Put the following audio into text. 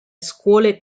scuole